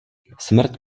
smrt